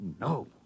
no